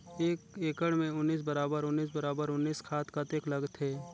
एक एकड़ मे उन्नीस बराबर उन्नीस बराबर उन्नीस खाद कतेक लगथे?